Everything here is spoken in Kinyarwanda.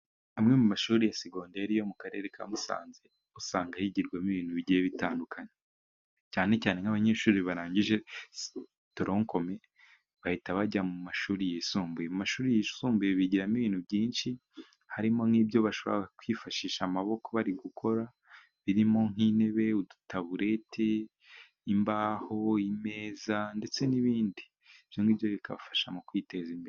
Amwe mu mashuri ya segonderi yo mu karere ka Musanze ,usanga higirwamo ibintu bigiye bitandukanye .Cyane cyane nk'abanyeshuri barangije toronkome, bahita bajya mu mashuri yisumbuye .Mu mashuri yisumbuye bigiramo ibintu byinshi harimo nk'ibyo bashobora kwifashisha amaboko bari gukora birimo nk'intebe ,udutabureti, imbaho, imeza ndetse n'ibindi cyangwa ibyo bikabafasha mu kwiteza imbere.